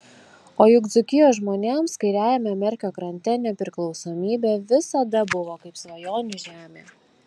o juk dzūkijos žmonėms kairiajame merkio krante nepriklausomybė visada buvo kaip svajonių žemė